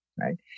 right